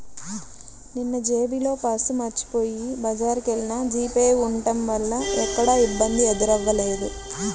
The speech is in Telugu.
నిన్నజేబులో పర్సు మరచిపొయ్యి బజారుకెల్లినా జీపే ఉంటం వల్ల ఎక్కడా ఇబ్బంది ఎదురవ్వలేదు